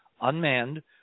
unmanned